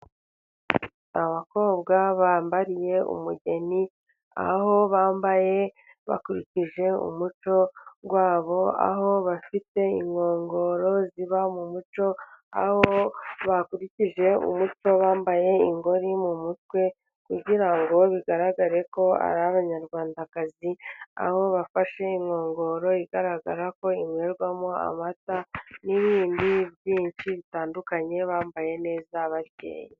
Abakobwa bambariye umugeni aho bambaye bakurikije umuco wabo, aho bafite inkongoro ziba mu muco, aho bakurikije umuco bambaye ingori mu mutwe, kugira ngo bigaragare ko ari abanyarwandakazi, aho bafashe inkongoro igaragara ko inywerwamo amata, n'ibindi byinshi bitandukanye bambaye neza bakeye.